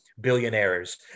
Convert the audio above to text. billionaires